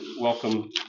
welcome